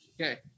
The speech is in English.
Okay